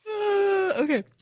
Okay